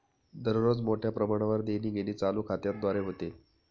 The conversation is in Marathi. दररोज मोठ्या प्रमाणावर देणीघेणी चालू खात्याद्वारे होते